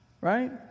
Right